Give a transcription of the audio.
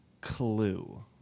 clue